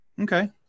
Okay